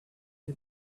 had